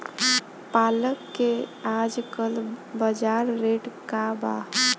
पालक के आजकल बजार रेट का बा?